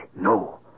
No